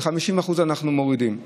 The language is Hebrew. אנחנו מורידים ב-50%.